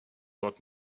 dort